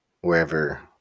Wherever